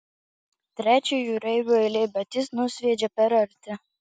trečio jūreivio eilė bet jis nusviedžia per arti